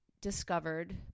discovered